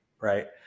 Right